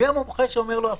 מי המומחה שאומר לו הפוך?